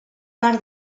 part